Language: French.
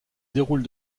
déroule